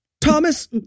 Thomas